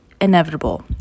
inevitable